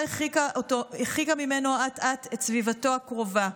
הרחיקה ממנו אט-אט את סביבתו הקרובה,